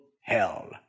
hell